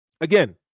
again